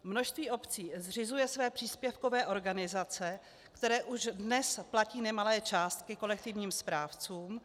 Množství obcí zřizuje své příspěvkové organizace, které už dnes platí nemalé částky kolektivním správcům.